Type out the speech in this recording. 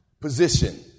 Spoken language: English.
position